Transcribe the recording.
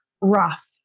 rough